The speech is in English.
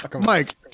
Mike